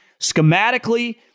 schematically